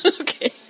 okay